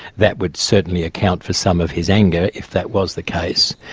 that would certainly account for some of his anger if that was the case.